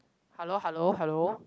hello hello hello